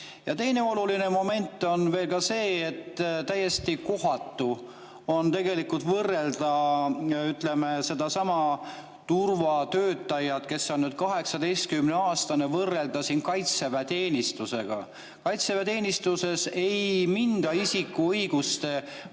Ja teine oluline moment on veel see: täiesti kohatu on tegelikult võrrelda, ütleme, sedasama turvatöötajat, kes on 18‑aastane, kaitseväeteenistujaga. Kaitseväeteenistuses ei minda isiku õiguste kallale,